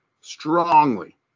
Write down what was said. strongly